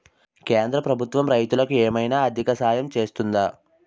కేంద్ర ప్రభుత్వం రైతులకు ఏమైనా ఆర్థిక సాయం చేస్తుందా?